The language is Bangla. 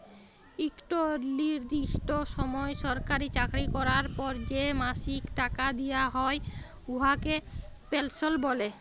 ইকট লিরদিষ্ট সময় সরকারি চাকরি ক্যরার পর যে মাসিক টাকা দিয়া হ্যয় উয়াকে পেলসল্ ব্যলে